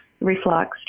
reflux